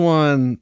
one